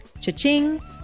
Cha-ching